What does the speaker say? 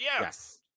Yes